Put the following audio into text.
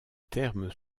termes